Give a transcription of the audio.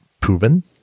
proven